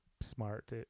smart